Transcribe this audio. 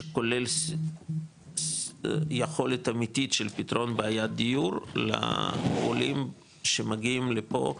שכולל יכולת אמיתית של פתרון בעיית דיור לעולים שמגיעים לפה,